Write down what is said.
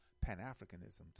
Pan-Africanism